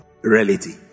reality